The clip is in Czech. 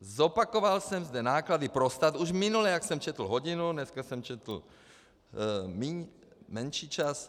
Zopakoval jsem zde náklady pro stát už minule, jak jsem četl hodinu, dneska jsem četl menší čas.